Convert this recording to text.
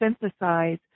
synthesize